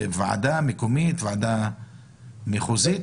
בוועדה מקומית או בוועדה מחוזית?